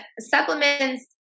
supplements